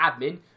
admin